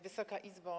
Wysoka Izbo!